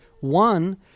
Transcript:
One